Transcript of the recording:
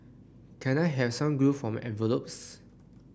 can I have some glue for my envelopes